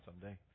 someday